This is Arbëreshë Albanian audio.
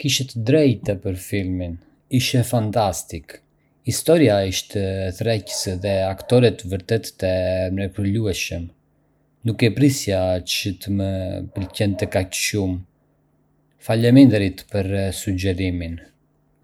Kishe të drejtë për filmin, ishte fantastik... historia ishte tërheqëse dhe aktorët vërtet të mrekullueshëm. Nuk e prisja që të më pëlqente kaq shumë, faleminderit për sugjerimin!